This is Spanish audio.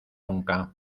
nunca